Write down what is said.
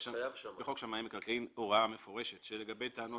שמאי מקרקעין הוראה מפורשת שלגבי טענות